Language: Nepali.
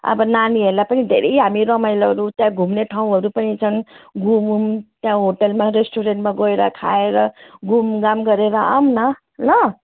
अब नानीहरूलाई पनि धेरै हामी रमाइलोहरू त्यहाँ घुम्ने ठाउँहरू पनि छन् घुमौँ त्यहाँ होटेलमा रेस्टुरेन्टमा गएर खाएर घुमघाम गरेर आऊँ न ल